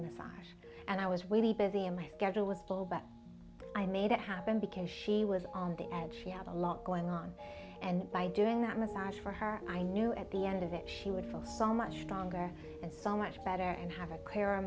massage and i was way to busy and my schedule was full but i made it happen because she was on the edge she had a lot going on and by doing that massage for her i knew at the end of it she would feel so much stronger and so much better and have a clear